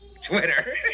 Twitter